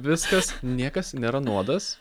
viskas niekas nėra nuodas